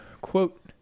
quote